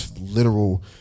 literal